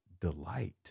delight